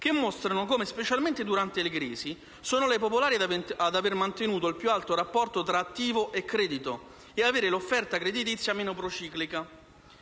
che mostrano come, specialmente durante la crisi, sono le popolari ad avere mantenuto il più alto rapporto tra attivo e credito e ad avere l'offerta creditizia meno prociclica!